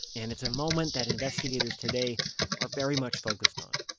and it's a moment that investigators today are very much focused on.